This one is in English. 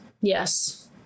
Yes